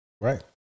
Right